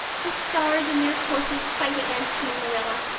the stars in their courses fight against me, marilla.